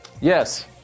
yes